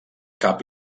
cap